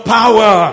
power